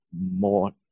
more